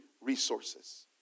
resources